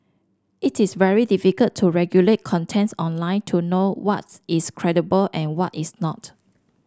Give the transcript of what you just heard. it is very difficult to regulate contents online to know what is credible and what is not